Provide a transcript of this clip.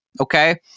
Okay